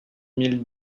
mille